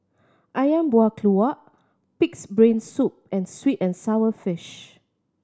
Ayam Buah Keluak Pig's Brain Soup and sweet and sour fish